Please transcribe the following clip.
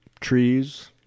Trees